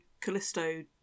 Callisto